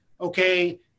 okay